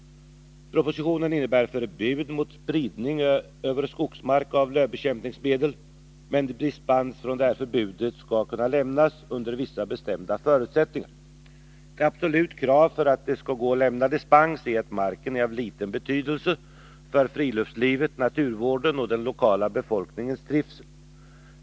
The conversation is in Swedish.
Propositionen innebär förbud mot spridning över skogsmark av lövbekämpningsmedel, men dispens från detta förbud skall kunna lämnas under vissa bestämda förutsättningar. Ett absolut krav för att det skall gå att lämna dispens är att marken är av liten betydelse för friluftslivet, naturvården och den lokala befolkningens trivsel.